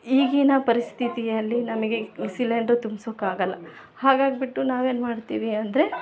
ಈಗಿನ ಪರಿಸ್ಥಿತಿಯಲ್ಲಿ ನಮಗೆ ಸಿಲೆಂಡ್ರ್ ತುಂಬ್ಸೋಕೆ ಆಗೊಲ್ಲ ಹಾಗಾಗಿಬಿಟ್ಟು ನಾವೇನು ಮಾಡ್ತೀವಿ ಅಂದರೆ